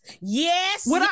yes